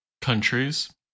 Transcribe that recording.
Countries